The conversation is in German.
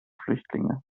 flüchtlinge